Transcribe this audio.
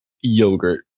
yogurt